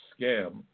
scam